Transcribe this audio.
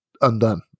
undone